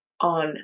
On